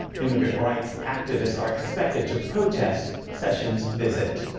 immigrant rights activists are expected to protest sessions' visit.